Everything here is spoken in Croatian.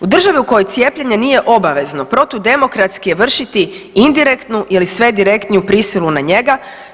U državi u kojoj cijepljenje nije obavezno protudemokratski je vršiti indirektnu ili sve direktniju prisilu na njega.